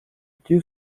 идти